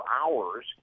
hours